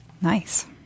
Nice